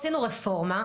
עשינו רפורמה,